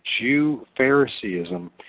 Jew-Phariseeism